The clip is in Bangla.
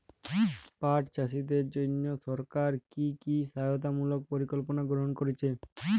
পাট চাষীদের জন্য সরকার কি কি সহায়তামূলক পরিকল্পনা গ্রহণ করেছে?